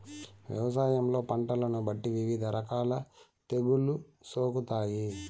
వ్యవసాయంలో పంటలను బట్టి వివిధ రకాల తెగుళ్ళు సోకుతాయి